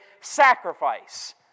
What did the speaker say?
sacrifice